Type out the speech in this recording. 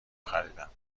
خریدم